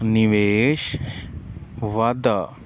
ਨਿਵੇਸ਼ ਵਾਧਾ